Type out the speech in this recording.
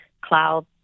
cloud